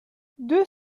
deux